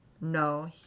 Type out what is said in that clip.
No